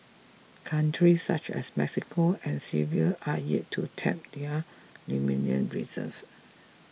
countries such as Mexico and Serbia are yet to tap their lithium reserves